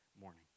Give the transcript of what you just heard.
morning